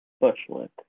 Bushwick